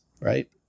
right